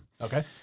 Okay